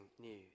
news